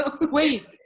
Wait